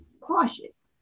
cautious